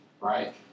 right